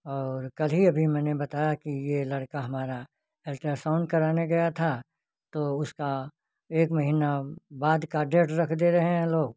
और कल ही अभी मैंने बताया कि यह लड़का हमारा अल्ट्रासाउन कराने गया था तो उसका एक महीने बाद का डेट रख दे रहे हैं लोग